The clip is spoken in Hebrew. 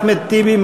אחמד טיבי,